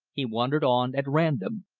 he wandered on at random.